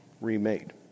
remade